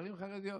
בערים חרדיות.